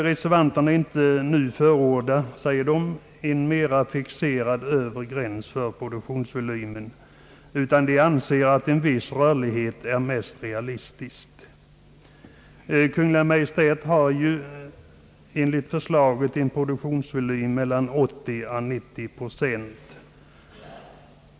Reservanterna vill inte nu, säger de, förorda en mera fixerad övre gräns för produktionsvolymen utan anser att en viss rörlighet är det mest realistiska. Kungl. Maj:t har ju föreslagit en produktionsvolym av 80 å 90 procent.